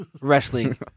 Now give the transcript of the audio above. wrestling